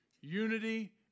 Unity